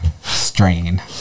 strain